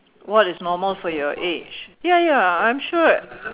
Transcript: what is normal for your age ya ya I'm sure